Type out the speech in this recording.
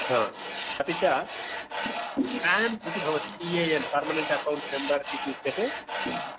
अपि च पेन् इति भवति P A N permanent account number इति उच्यते